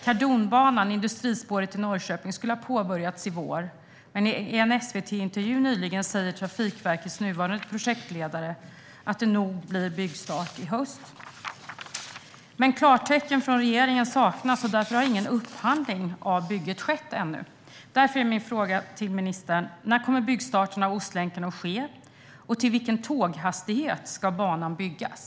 Kardonbanan, industrispåret i Norrköping, skulle ha påbörjats nu i vår, men i en SVT-intervju nyligen sa Trafikverkets nuvarande projektledare att det nog blir byggstart i höst. Men klartecken från regeringen saknas, och därför har ingen upphandling av bygget skett ännu. Därför är min fråga till ministern: När kommer byggstarten av Ostlänken att ske, och för vilken tåghastighet ska banan byggas?